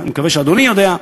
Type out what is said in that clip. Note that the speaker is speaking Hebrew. אני מקווה שאדוני יודע,